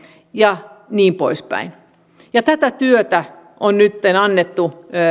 ja niin pois päin tätä työtä on nytten annettu